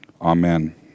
Amen